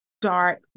dark